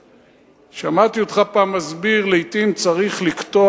שמעתי אותך פעם מסביר: לעתים צריך לקטוע